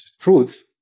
truth